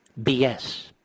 BS